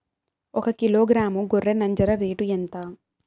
ఒకకిలో గ్రాము గొర్రె నంజర రేటు ఎంత?